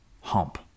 hump